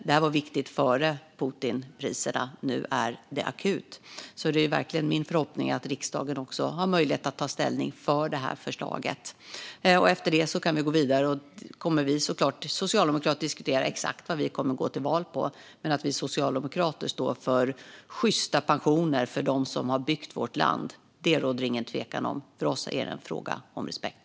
Det här var viktigt redan före Putinpriserna, och nu är det akut. Det är verkligen min förhoppning att riksdagen har möjlighet att ta ställning för det här förslaget. Efter det kan vi gå vidare. Vi socialdemokrater kommer såklart att diskutera exakt vad vi kommer att gå till val på. Men att vi socialdemokrater står för sjysta pensioner till dem som byggt vårt land råder det ingen tvekan om. För oss är det en fråga om respekt.